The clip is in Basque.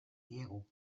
diegu